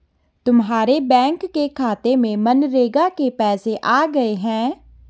तुम्हारे बैंक के खाते में मनरेगा के पैसे आ गए हैं